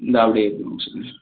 இந்தா அப்படியே ஒரு நிமிஷம் இருங்க